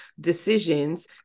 decisions